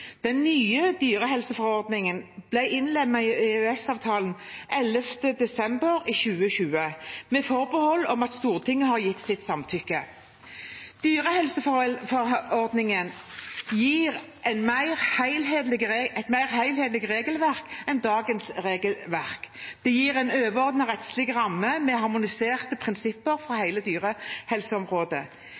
Den nye dyrehelseforordningen ble innlemmet i EØS-avtalen 11. desember 2020, med forbehold om at Stortinget har gitt sitt samtykke. Dyrehelseforordningen gir et mer helhetlig regelverk enn dagens regelverk. Det gir en overordnet rettslig ramme med harmoniserte prinsipper for hele dyrehelseområdet.